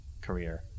career